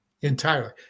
entirely